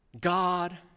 God